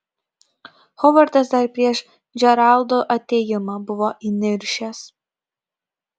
hovardas dar prieš džeraldo atėjimą buvo įniršęs